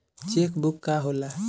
Check book का होला?